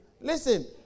Listen